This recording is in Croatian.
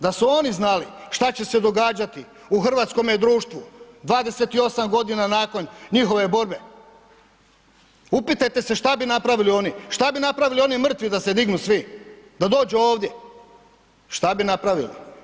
Da su oni znali šta će se događati u hrvatskom društvu, 28 g. nakon njihove borbe, upitajte se šta bi napravili oni, šta bi napravili oni mrtvi da se dignu svi, da dođu ovdje, šta bi napravili.